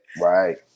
Right